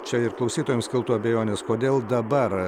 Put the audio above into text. čia ir klausytojams kiltų abejonės kodėl dabar